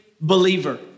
believer